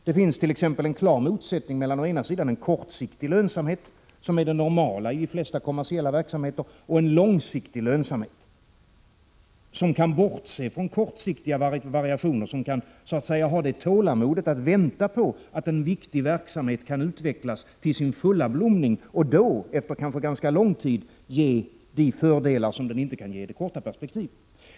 Det finns t.ex. en klar motsättning mellan å ena sidan en kortsiktig lönsamhet, som är det normala i de flesta kommersiella verksamheter, och å andra sidan en långsiktig lönsamhet, som så att säga har tålamodet att vänta på att en viktig verksamhet skall utvecklas till sin fulla blomning. Denna verksamhet kan då efter kanske ganska lång tid ge de fördelar som den inte kunde ge i det korta perspektivet.